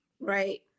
Right